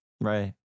Right